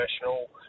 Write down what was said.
professional